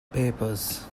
papers